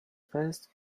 first